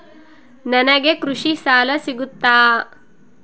ನನಗೆ ಕೃಷಿ ಸಾಲ ಬರುತ್ತಾ?